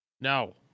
No